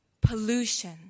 pollution